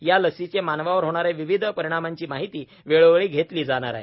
या लसीचे मानवावर होणारे विविध परिणामाची माहिती वेळोवेळी घेतली जाणार आहे